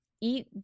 eat